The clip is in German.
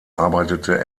arbeitete